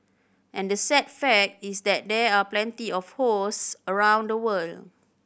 and the sad fact is that there are plenty of hosts around the world